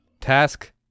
Task